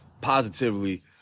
positively